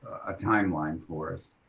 a timeline for us.